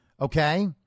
Okay